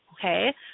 okay